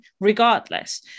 regardless